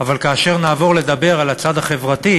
אבל כאשר נעבור לדבר על הצד החברתי,